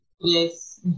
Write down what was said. Yes